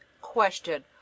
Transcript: Question